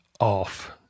off